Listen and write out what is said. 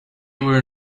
were